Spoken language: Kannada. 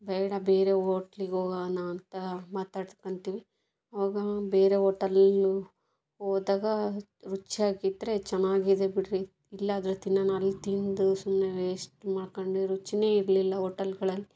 ಬೇಡ ಬೇರೆ ಹೋಟ್ಲಿಗೆ ಹೋಗೋಣ ಅಂತ ಮಾತಾಡ್ಕೊಳ್ತೀವಿ ಆವಾಗ ಬೇರೆ ಹೋಟೆಲಲ್ಲೂ ಹೋದಾಗ ರುಚಿಯಾಗಿ ಇದ್ದರೆ ಚೆನ್ನಾಗಿದೆ ಬಿಡ್ರಿ ಇಲ್ಲಾದರೂ ತಿನ್ನೋಣ ಅಲ್ಲಿ ತಿಂದು ಸುಮ್ಮನೆ ವೇಸ್ಟ್ ಮಾಡ್ಕೊಂಡು ರುಚಿಯೇ ಇರಲಿಲ್ಲ ಹೋಟಲ್ಗಳಲ್ಲಿ